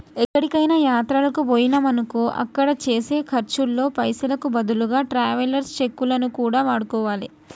ఎక్కడికైనా యాత్రలకు బొయ్యినమనుకో అక్కడ చేసే ఖర్చుల్లో పైసలకు బదులుగా ట్రావెలర్స్ చెక్కులను కూడా వాడుకోవాలే